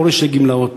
פורש לגמלאות.